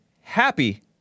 happy